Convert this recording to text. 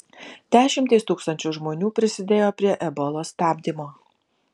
dešimtys tūkstančių žmonių prisidėjo prie ebolos stabdymo